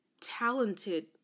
talented